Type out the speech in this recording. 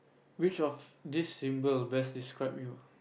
which of these symbol best describe you